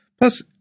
Plus